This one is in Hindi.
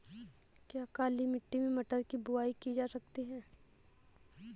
क्या काली मिट्टी में मटर की बुआई की जा सकती है?